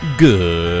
Good